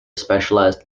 specialized